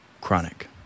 chronic